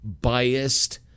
biased